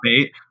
eight